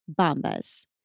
Bombas